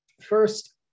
first